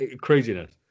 craziness